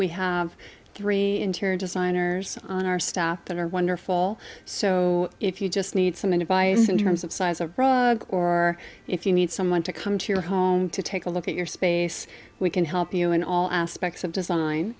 we have three interior designers on our staff that are wonderful so if you just need some advice in terms of size or broad or if you need someone to come to your home to take a look at your space we can help you in all aspects of design